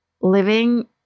living